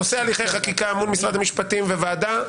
נושא הליכי חקיקה מול משרד המשפטים והוועדה,